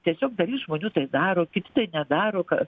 tiesiog dalis žmonių tai daro kiti tai nedaro ką